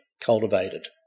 cultivated